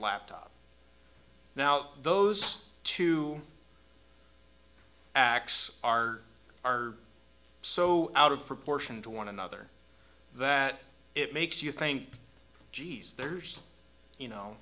laptop now those two acts are are so out of proportion to one another that it makes you think geez there's you know